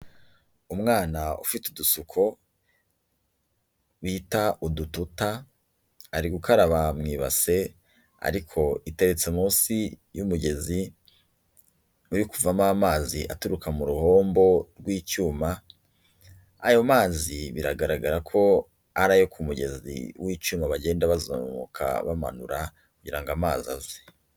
Umwana ufite udusuko bita udututa, ari gukaraba mu ibase ariko iteretse munsi y'umugezi uri kuvamo amazi aturuka mu ruhombo rw'icyuma, ayo mazi biragaragara ko ari ayo ku mugezi w'icyuma bagenda bazamuka bamanura kugira ngo amazi aze.